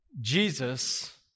Jesus